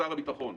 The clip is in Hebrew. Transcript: לשר הביטחון,